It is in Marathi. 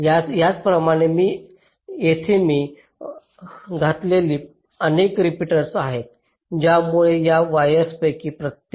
त्याचप्रमाणे येथे मी घातलेली अनेक रिपीटर आहेत त्यामुळे या वायर्स पैकी प्रत्येक